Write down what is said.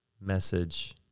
message